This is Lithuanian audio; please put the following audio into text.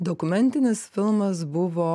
dokumentinis filmas buvo